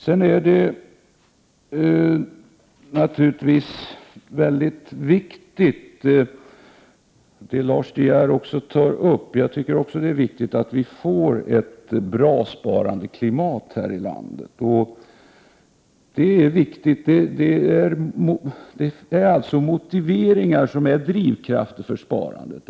Det är naturligtvis mycket viktigt, som Lars De Geer också framhåller, att vi får ett bra sparandeklimat här i landet. Det gäller alltså motiv som drivkrafter för sparandet.